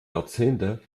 jahrzehnte